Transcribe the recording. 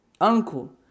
uncle